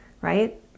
right